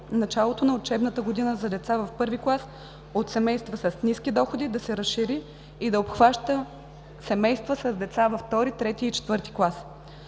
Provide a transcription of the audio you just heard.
началото на учебната година за деца в първи клас от семейства с ниски доходи да се разшири и да обхваща и семейства с деца във втори, трети и четвърти клас.